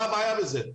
מה הבעיה בזה?